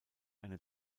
eine